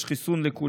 יש חיסון לכולם.